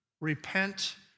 repent